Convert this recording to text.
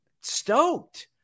stoked